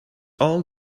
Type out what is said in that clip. all